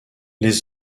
les